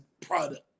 product